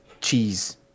cheese